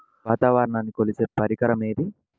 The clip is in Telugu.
వాతావరణాన్ని కొలిచే పరికరం ఏది?